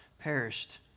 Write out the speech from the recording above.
perished